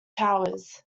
towers